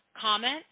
comment